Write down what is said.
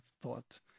thought